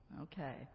Okay